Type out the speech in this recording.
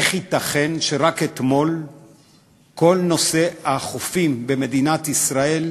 איך ייתכן שרק אתמול כל נושא החופים במדינת ישראל,